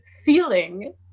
feeling